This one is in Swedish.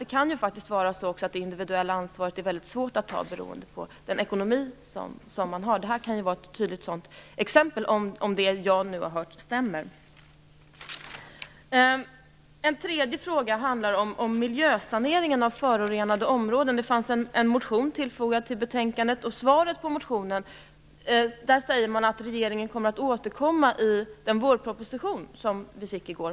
Det kan faktiskt vara så att det, beroende på ekonomin, är väldigt svårt att ta ett individuellt ansvar. Detta kan vara ett tydligt sådant exempel, om det jag har hört nu stämmer. Den tredje frågan handlar om miljösanering av förorenade områden. Det har väckts en motion som behandlas i betänkandet. I svaret säger man att regeringen skall återkomma i den vårproposition som lades fram i går.